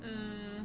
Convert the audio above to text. uh